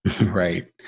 Right